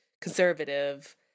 conservative